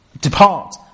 depart